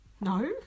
No